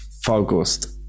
focused